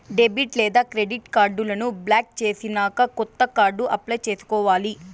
debit లేదా credit కార్డులను block చేసినాక కొత్త కార్డు అప్లై చేసుకోవాలి